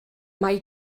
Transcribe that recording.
mae